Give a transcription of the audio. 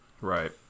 right